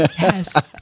yes